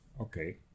Okay